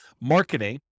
marketing